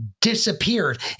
disappeared